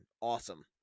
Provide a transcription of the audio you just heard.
Awesome